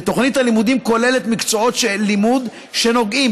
ותוכנית הלימודים כוללת מקצועות לימוד שנוגעים,